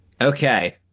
Okay